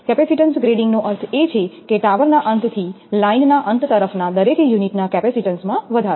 capacitance grading નો અર્થ એ છે કે ટાવરના અંતથી લાઇનના અંત તરફના દરેક યુનિટના કેપેસિટેન્સમાં વધારો